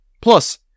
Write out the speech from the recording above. Plus